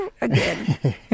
Again